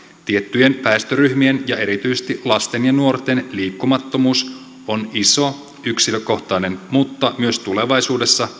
tiettyjen väestöryhmien ja erityisesti lasten ja nuorten liikkumattomuus on iso yksilökohtainen mutta tulevaisuudessa